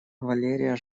валерия